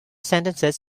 sentences